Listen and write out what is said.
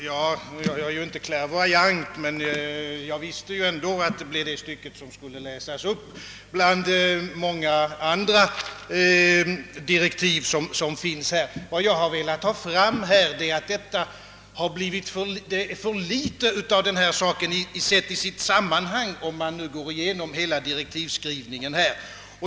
Herr talman! Jag är inte klärvoajant, men jag visste ändå, att det var detta stycke som skulle läsas upp bland många andra direktiv i detta sammanhang. Vad jag har velat framhålla är, att det har blivit för litet av denna sak, sedd i sitt sammanhang, om man går igenom hela direktivskrivningen.